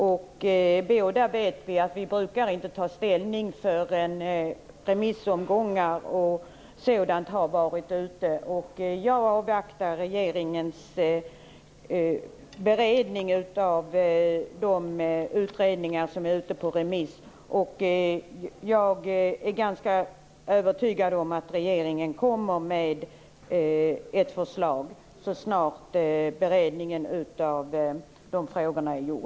Vi vet båda att vi inte brukar ta ställning förrän remissomgångar och sådant är klara. Jag avvaktar regeringens beredning av de utredningar som är ute på remiss. Jag är ganska övertygad om att regeringen kommer med ett förslag så snart beredningen av dessa frågor är klar.